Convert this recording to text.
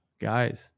guys